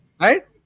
right